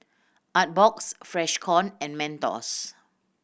Artbox Freshkon and Mentos